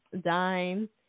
Dime